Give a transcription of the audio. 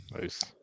nice